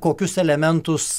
kokius elementus